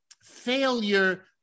failure